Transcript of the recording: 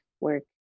work